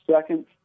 second